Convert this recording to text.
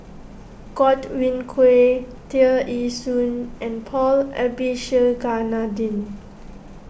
Godwin Koay Tear Ee Soon and Paul Abisheganaden